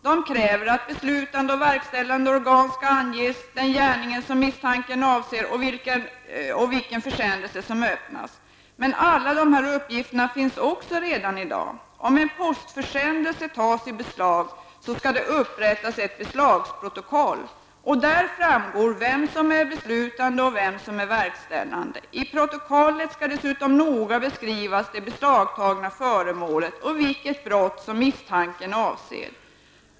De kräver att beslutande och verkställande organ skall anges liksom den gärning som misstanken avser och vilken försändelse som öppnats. Men alla dessa uppgifter ges redan i dag. Om en postförsändelse tagits i beslag, skall det upprättas ett beslagsprotokoll, av vilket framgår vem som är beslutande och vem som är verkställande. I protokollet skall dessutom de beslagtagna föremålen noga beskrivas, och det skall anges vilket brott som misstanken avser.